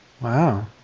Wow